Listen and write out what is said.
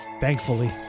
Thankfully